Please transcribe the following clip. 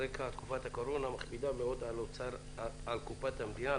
על רקע תקופת הקורונה המכבידה מאוד על קופת המדינה,